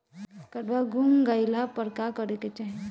काडवा गुमा गइला पर का करेके चाहीं?